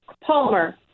Palmer